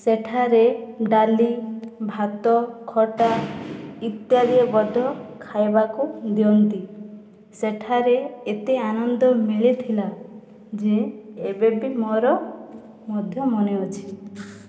ସେଠାରେ ଡାଲି ଭାତ ଖଟା ଇତ୍ୟାଦି ମଧ୍ୟ ଖାଇବାକୁ ଦିଅନ୍ତି ସେଠାରେ ଏତେ ଆନନ୍ଦ ମିଳିଥିଲା ଯେ ଏବେ ବି ମୋର ମଧ୍ୟ ମନେ ଅଛି